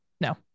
No